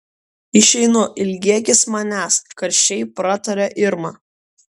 išeinu ilgėkis manęs karčiai pratarė irma